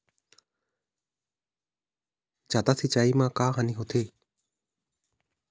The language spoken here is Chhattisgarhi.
जादा सिचाई म का हानी होथे?